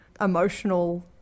emotional